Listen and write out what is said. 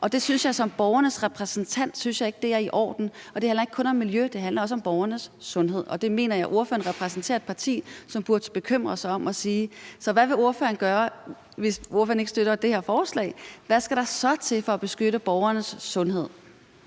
og det synes jeg som borgernes repræsentant ikke er i orden. Det handler ikke kun om miljø. Det handler også om borgernes sundhed, og det mener jeg ordføreren repræsenterer et parti som burde bekymre sig om at sige. Så hvad vil ordføreren gøre, hvis ordføreren ikke støtter det her forslag? Hvad skal der så til for at beskytte borgernes sundhed?